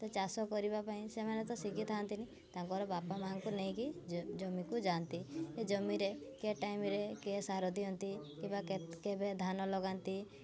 ତ ଚାଷ କରିବା ପାଇଁ ସେମାନେ ତ ଶିଖିଥାନ୍ତିନି ତାଙ୍କର ବାପା ମାଆଙ୍କୁ ନେଇକି ଜମିକୁ ଯାଆନ୍ତି ଏ ଜମିରେ କିଏ ଟାଇମ୍ରେ କିଏ ସାର ଦିଅନ୍ତି କିମ୍ବା କେବେ ଧାନ ଲଗାନ୍ତି